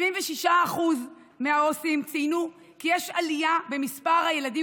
76% מהעו"סים ציינו כי יש עלייה במספר הילדים